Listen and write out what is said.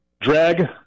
drag